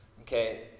okay